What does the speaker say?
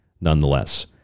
nonetheless